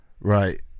right